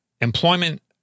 employment